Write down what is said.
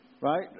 Right